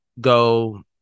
go